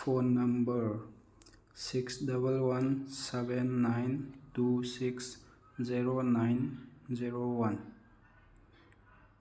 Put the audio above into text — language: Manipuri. phone number six double one seven nine two six zero nine zero one